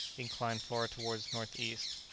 inclined far towards north-east.